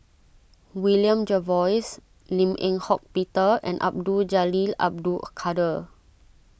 William Jervois Lim Eng Hock Peter and Abdul Jalil Abdul Kadir